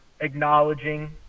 acknowledging